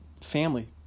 family